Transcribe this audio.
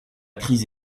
crise